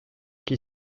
qui